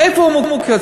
איפה הוא מקצץ?